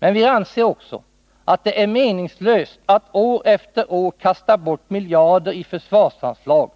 Men vi anser också att det är meningslöst att år efter år kasta bort miljarder i försvarsanslag